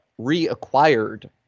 reacquired